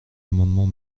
amendement